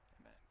amen